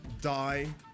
die